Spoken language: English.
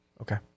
Okay